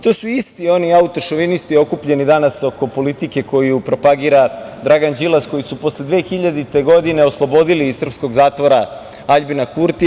To su isti oni autošovinisti okupljeni danas oko politike koju propagira Dragan Đilas, a koji su posle 2000. godine oslobodili iz srpskog zatvora Aljbina Kurtija.